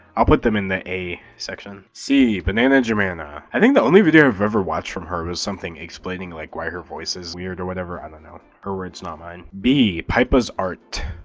i'll put them in the a section. c bananajamana. i think the only video i've ever watched from her was something explaining like why her voice was weird or whatever, i don't know. her words, not mine. b pypah's art.